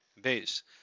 Base